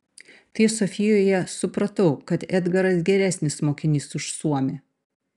tai sofijoje supratau kad edgaras geresnis mokinys už suomį